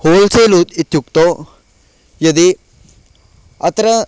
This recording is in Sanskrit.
होल्सेल् इ इत्युक्तौ यदि अत्र